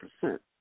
percent